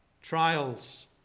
Trials